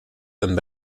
and